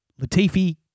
Latifi